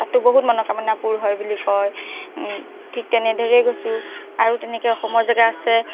তাতো বহুত মনোকামনা পূৰ হয় বুলি কয় ঠিক তেনেদৰেই গৈছো আৰু তেনেকৈ অসমৰ জেগা আছে